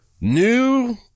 new